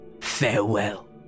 Farewell